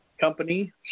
Company